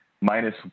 Minus